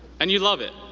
and you love it.